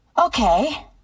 okay